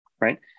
right